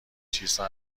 چیزها